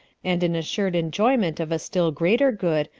and an assured enjoyment of a still greater good,